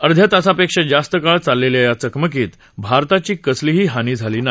अध्या तासापेक्षा जास्त काळ चाललेल्या या चकमकीत भारताची कसलीही हानी झाली नाही